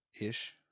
ish